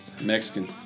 Mexican